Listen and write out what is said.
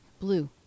Blue